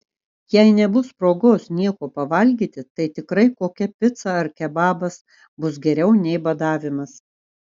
jei nebus progos nieko pavalgyti tai tikrai kokia pica ar kebabas bus geriau nei badavimas